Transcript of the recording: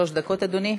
שלוש דקות, אדוני.